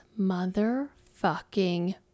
motherfucking